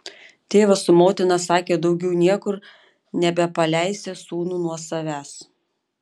tėvas su motina sakė daugiau niekur nebepaleisią sūnų nuo savęs